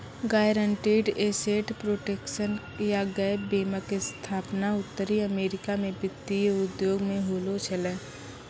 guaranteed asset protection या gap बीमा के स्थापना उत्तरी अमेरिका मे वित्तीय उद्योग मे होलो छलै